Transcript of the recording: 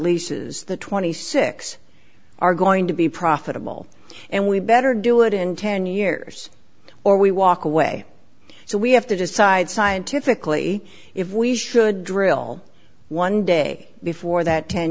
leases the twenty six are going to be profitable and we better do it in ten years or we walk away so we have to decide scientifically if we should drill one day before that ten